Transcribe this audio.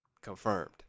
Confirmed